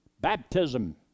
baptism